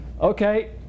Okay